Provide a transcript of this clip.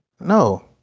No